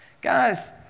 Guys